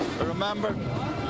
remember